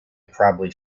probably